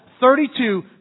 Thirty-two